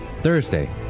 Thursday